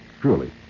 Truly